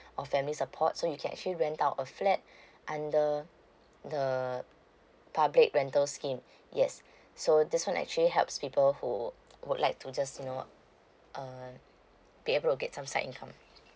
or family support so you can actually rent out a flat under the public rental scheme yes so this one actually helps people who would like to just you know uh uh be able get some side income